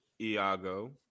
Iago